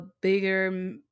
bigger